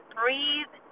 breathe